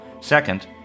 Second